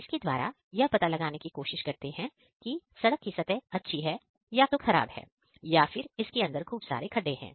इसके द्वारा यह पता लगाने की कोशिश करते हैं की सड़क की सतह अच्छी है या तो खराब है या फिर इसके अंदर खूब सारे खड्डे है